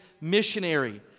missionary